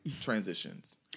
transitions